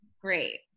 Great